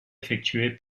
effectué